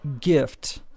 gift